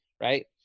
right